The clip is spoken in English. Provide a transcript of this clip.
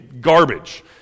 garbage